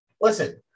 Listen